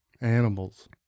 animals